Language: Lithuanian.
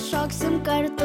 šoksim kartu